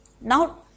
Now